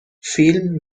فیلم